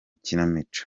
kinamico